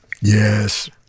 yes